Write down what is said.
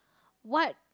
what